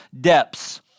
depths